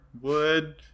wood